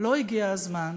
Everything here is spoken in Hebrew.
לא הגיע הזמן